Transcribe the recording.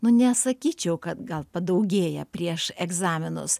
nu nesakyčiau kad gal padaugėja prieš egzaminus